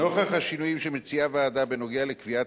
נוכח השינויים שמציעה הוועדה בנוגע לקביעת